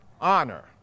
Honor